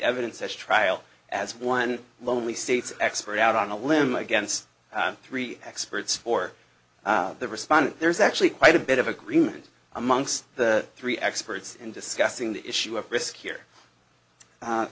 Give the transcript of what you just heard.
evidence at trial as one lonely state's expert out on a limb against three experts for the respondent there is actually quite a bit of agreement amongst the three experts in discussing the issue of risk here